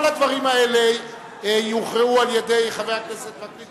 כל הדברים האלה יוכרעו על-ידי חבר הכנסת וקנין,